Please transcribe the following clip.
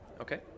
Okay